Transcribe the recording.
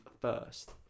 first